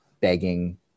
begging